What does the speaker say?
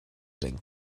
denken